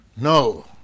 No